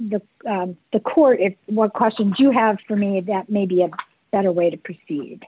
the the court if what question do you have for me that may be a better way to proceed